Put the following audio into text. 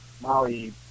Molly